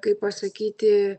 kaip pasakyti